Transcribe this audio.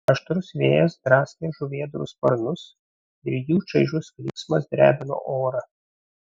aštrus vėjas draskė žuvėdrų sparnus ir jų čaižus klyksmas drebino orą